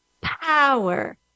power